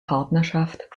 partnerschaft